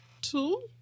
two